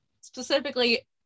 specifically